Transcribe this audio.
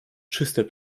czyste